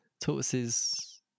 Tortoises